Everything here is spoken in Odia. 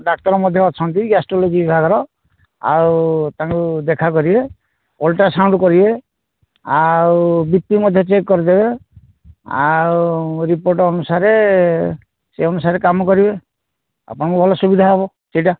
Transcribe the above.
ଡାକ୍ତର ମଧ୍ୟ ଅଛନ୍ତି ଗ୍ୟାଷ୍ଟ୍ରୋଲୋଜି ବିଭାଗର ଆଉ ତାଙ୍କୁ ଦେଖା କରିବେ ଅଲ୍ଟ୍ରାସାଉଣ୍ଡ କରିବେ ଆଉ ବି ପି ମଧ୍ୟ ଚେକ୍ କରିଦେବେ ଆଉ ରିପୋର୍ଟ ଅନୁସାରେ ସେ ଅନୁସାରେ କାମ କରିବେ ଆପଣଙ୍କୁ ଭଲ ସୁବିଧା ହବ ସେଇଟା